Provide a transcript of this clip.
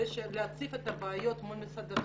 ולהציף את הבעיות מול משרד הפנים,